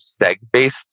SEG-based